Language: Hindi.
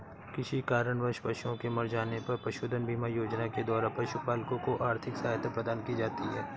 किसी कारणवश पशुओं के मर जाने पर पशुधन बीमा योजना के द्वारा पशुपालकों को आर्थिक सहायता प्रदान की जाती है